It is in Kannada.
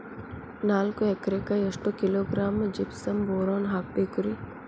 ನಾಲ್ಕು ಎಕರೆಕ್ಕ ಎಷ್ಟು ಕಿಲೋಗ್ರಾಂ ಜಿಪ್ಸಮ್ ಬೋರಾನ್ ಹಾಕಬೇಕು ರಿ?